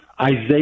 Isaiah